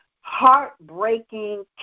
heartbreaking